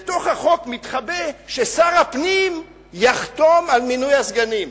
בתוך החוק מתחבא ששר הפנים יחתום על מינוי הסגנים.